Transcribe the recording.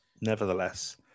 nevertheless